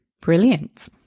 brilliant